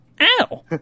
Ow